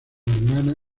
hermanas